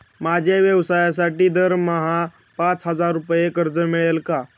माझ्या व्यवसायासाठी दरमहा पाच हजार रुपये कर्ज मिळेल का?